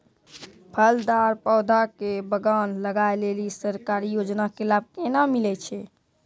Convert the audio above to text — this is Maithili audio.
फलदार पौधा के बगान लगाय लेली सरकारी योजना के लाभ केना मिलै छै?